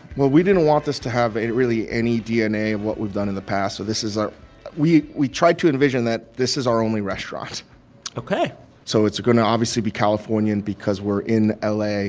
well, we didn't want this to have really any dna of what we've done in the past. so this is our we we tried to envision that this is our only restaurant ok so it's going to obviously be californian because we're in ah la.